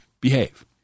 behave